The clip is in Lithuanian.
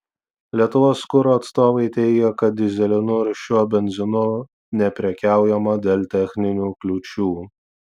lietuvos kuro atstovai teigė kad dyzelinu ir šiuo benzinu neprekiaujama dėl techninių kliūčių